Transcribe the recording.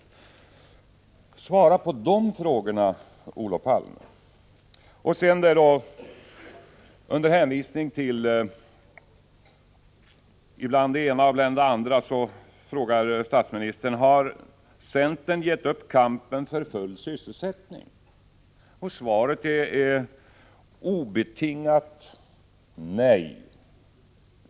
Svara på de frågorna, Olof Palme! Under hänvisning till ibland det ena, ibland det andra frågar statsministern: Har centern gett upp kampen för full sysselsättning? Svaret är obetingat nej.